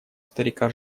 старика